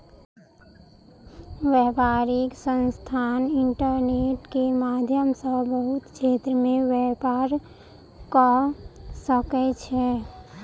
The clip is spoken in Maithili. व्यापारिक संस्थान इंटरनेट के माध्यम सॅ बहुत क्षेत्र में व्यापार कअ सकै छै